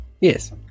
yes